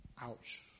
Ouch